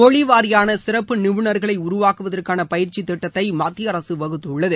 மொழி வாரியான சிறப்பு நிபுணர்களை உருவாக்குவதற்கான பயிற்சி திட்டத்தை மத்திய அரசு வகுத்துள்ளது